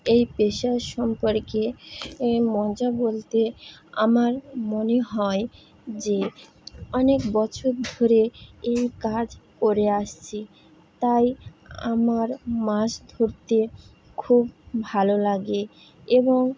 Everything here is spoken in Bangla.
এই পেশা সম্পর্কে মজা বলতে আমার মনে হয় যে অনেক বছর ধরে এই কাজ করে আসছি তাই আমার মাছ ধরতে খুব ভালো লাগে এবং